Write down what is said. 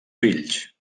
fills